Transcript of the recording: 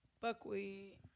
Buckwheat